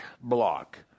block